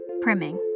Priming